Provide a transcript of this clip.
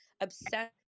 obsessed